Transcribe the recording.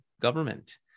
government